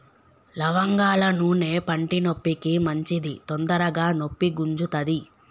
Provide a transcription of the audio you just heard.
లవంగాల నూనె పంటి నొప్పికి మంచిది తొందరగ నొప్పి గుంజుతది